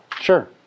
Sure